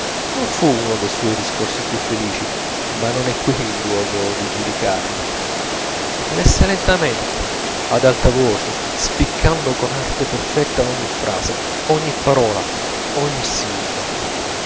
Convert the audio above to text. non fu uno dei suoi discorsi più felici ma non è qui il luogo di giudicarlo lesse lentamente ad alta voce spiccando con arte perfetta ogni frase ogni parola ogni sillaba